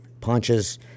punches